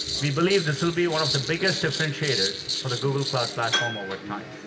we believe this will be one of the biggest differentiators for the google cloud platform over time.